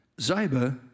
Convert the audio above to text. Ziba